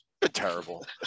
terrible